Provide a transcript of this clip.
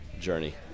journey